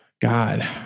God